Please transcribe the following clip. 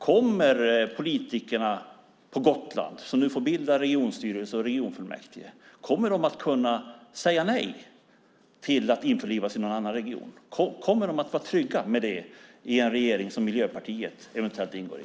Kommer politikerna på Gotland som nu får bilda regionstyrelse och regionfullmäktige att kunna säga nej till att införlivas i någon annan region? Kommer de att vara trygga med det med en regering som Miljöpartiet eventuellt ingår i?